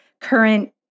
current